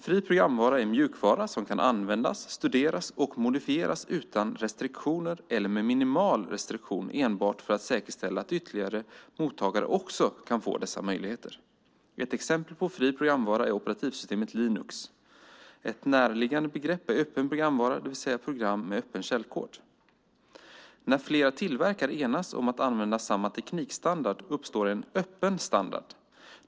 Fri programvara är mjukvara som kan användas, studeras och modifieras utan restriktioner, eller med minimal restriktion enbart för att säkerställa att ytterligare mottagare också kan få dessa möjligheter. Ett exempel på fri programvara är operativsystemet Linux. Ett närliggande begrepp är öppen programvara, dvs. program med öppen källkod. När flera tillverkare enas om att använda samma teknikstandard uppstår en öppen standard .